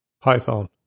Python